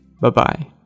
Bye-bye